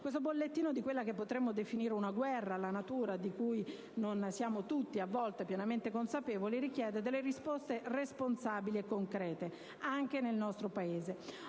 Questo bollettino di quella che potremmo definire una guerra alla natura, di cui non siamo tutti a volte pienamente consapevoli, richiede delle risposte responsabili e concrete, anche nel nostro Paese.